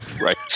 Right